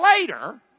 later